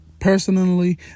personally